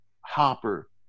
Hopper